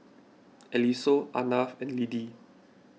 Eliseo Arnav and Lidie